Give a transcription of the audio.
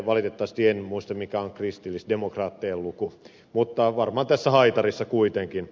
valitettavasti en muista mikä on kristillisdemokraattien luku mutta varmaan tässä haitarissa kuitenkin